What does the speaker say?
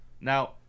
Now